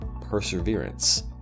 perseverance